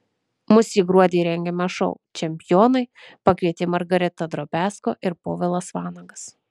mus į gruodį rengiamą šou čempionai pakvietė margarita drobiazko ir povilas vanagas